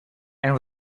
and